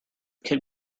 kid